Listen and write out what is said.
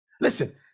listen